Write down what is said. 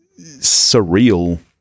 surreal